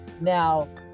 Now